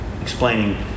explaining